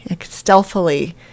stealthily